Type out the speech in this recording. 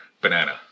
banana